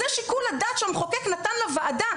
זה שיקול הדעת שהמחוקק נתן לוועדה,